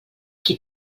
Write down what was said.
qui